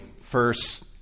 first